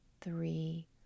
three